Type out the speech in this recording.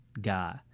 guy